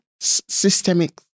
systemic